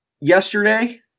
yesterday